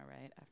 right